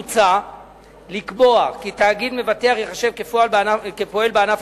מוצע לקבוע כי תאגיד מבטח ייחשב כפועל בענף